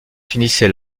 finissait